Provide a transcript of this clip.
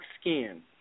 skin